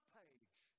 page